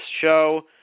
show